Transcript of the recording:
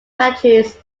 factories